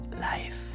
life